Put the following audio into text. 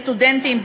בסטודנטים,